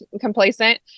complacent